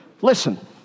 Listen